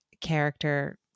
character